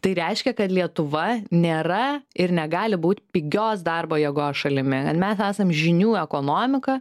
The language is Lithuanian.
tai reiškia kad lietuva nėra ir negali būt pigios darbo jėgos šalimi mes esam žinių ekonomika